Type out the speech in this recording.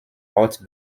ort